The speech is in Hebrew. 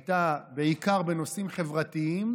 הייתה בעיקר בנושאים חברתיים,